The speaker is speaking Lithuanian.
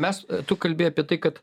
mes tu kalbi apie tai kad